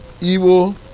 evil